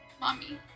Mommy